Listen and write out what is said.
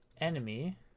enemy